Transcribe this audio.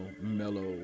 mellow